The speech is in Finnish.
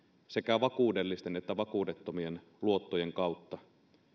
sekä vakuudellisten että vakuudettomien luottojen kautta